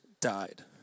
died